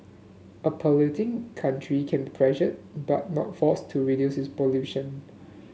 a polluting country can pressured but not forced to reduce its pollution